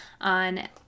on